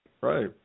right